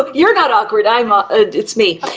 um you're not awkward, i mean ah it's me.